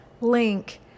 link